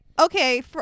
okay